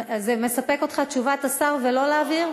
אותך תשובת השר ולא להעביר?